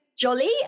jolly